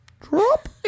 Drop